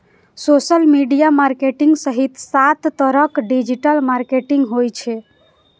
social media marketing सहित सात तरहक डिजिटल मार्केटिंग होइ छै